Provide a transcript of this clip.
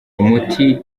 umuti